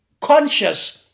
conscious